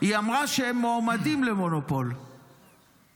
היא אמרה שהם מועמדים להיות מונופול, בסדר?